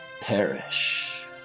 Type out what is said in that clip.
perish